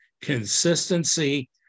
consistency